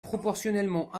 proportionnellement